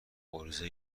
عرضه